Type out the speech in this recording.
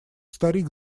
старик